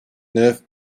neuf